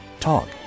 Talk